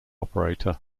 operator